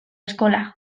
eskola